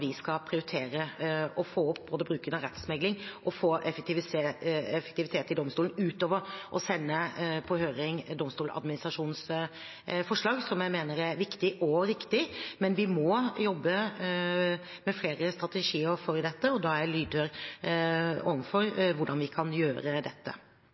vi skal prioritere og få opp både bruken av rettsmekling og effektivitet i domstolen utover å sende på høring Domstoladministrasjonens forslag, som jeg mener er viktig og riktig. Men vi må jobbe med flere strategier for dette, og da er jeg lydhør